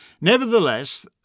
nevertheless